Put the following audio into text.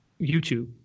YouTube